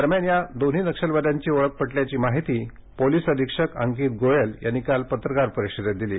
दरम्यान या दोन्ही नक्षलवाद्यांची ओळख पटल्याची माहिती पोलिस अधीक्षक अंकित गोयल यांनी काल पत्रकार परिषदेत दिली